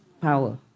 power